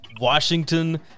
Washington